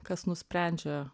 kas nusprendžia